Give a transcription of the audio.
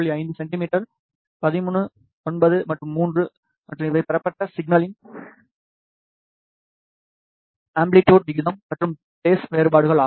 5 centimetre 13 9 மற்றும் 3 மற்றும் இவை பெறப்பட்ட சிக்னல்களின் அம்பிலிட்டுட் விகிதம் மற்றும் பேஸ் வேறுபாடுகள் ஆகும்